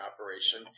operation